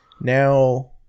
now